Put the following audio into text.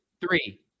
three